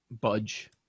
budge